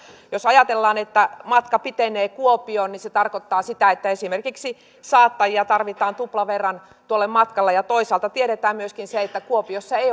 jos ajatellaan että matka pitenee kuopioon niin se tarkoittaa sitä että esimerkiksi saattajia tarvitaan tuplaverran tuolle matkalle toisaalta tiedetään myöskin se että kuopiossa ei